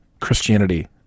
christianity